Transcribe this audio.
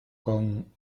con